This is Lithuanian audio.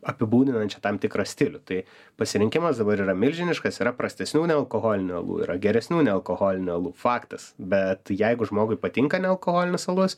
apibūdinančią tam tikrą stilių tai pasirinkimas dabar yra milžiniškas yra prastesnių nealkoholinių alų yra geresnių nealkoholinių alų faktas bet jeigu žmogui patinka nealkoholinis alus